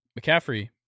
McCaffrey